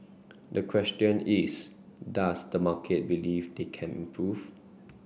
the question is does the market believe they can improve